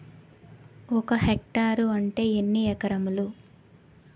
ఒక హెక్టార్ అంటే ఎన్ని ఏకరములు?